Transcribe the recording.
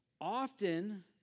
often